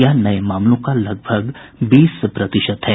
यह नए मामलों का लगभग बीस प्रतिशत है